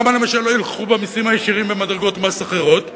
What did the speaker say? למה למשל לא ילכו במסים הישירים במדרגות מס אחרות?